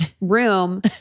room